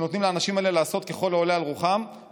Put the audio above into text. שנותנים לאנשים האלה לעשות ככל העולה על רוחם.